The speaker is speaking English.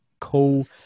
cool